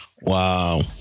wow